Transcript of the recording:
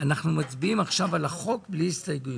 אנחנו מצביעים עכשיו על החוק בלי הסתייגויות.